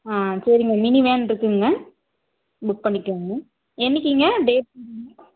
ஆ சரிங்க மினி வேனிருக்குங்க புக் பண்ணிக்கலாங்கங்க என்றைக்கிங்க டேட் சொல்லுங்க